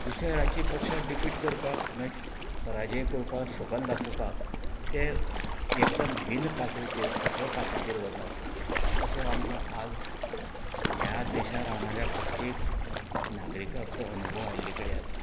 दुसऱ्यां राज्यकियपक्षाक डिफीट करपाक मागीर परजय करपाक सपन दाखोवपाक तें एकदम हिन्न पातळींचेर सकल्या पातळींचेर वतात असो आम आज ह्या देशांत रावणाऱ्या प्रत्येक नागरिकाक तो अणभव आयिल्ले कडेन आसा